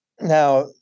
now